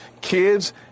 Kids